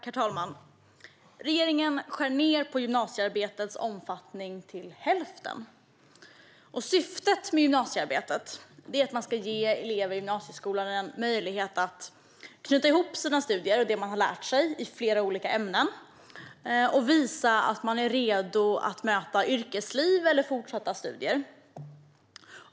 Herr talman! Regeringen skär ned på gymnasiearbetets omfattning till hälften. Syftet med gymnasiearbetet är att ge elever i gymnasieskolan en möjlighet att knyta ihop sina studier och det de har lärt sig i flera olika ämnen och visa att de är redo att möta yrkesliv eller fortsatta studier.